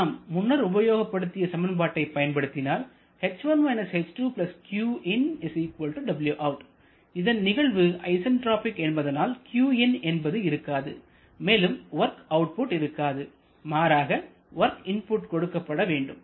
நாம் முன்னர் உபயோகப்படுத்திய சமன்பாட்டை பயன்படுத்தினால் இதன் நிகழ்வு ஐசன்ட்ராபிக் என்பதனால் qin என்பது இருக்காது மேலும் வொர்க் அவுட்புட் இருக்காது மாறாக வொர்க் இன்புட் கொடுக்கப்பட வேண்டும்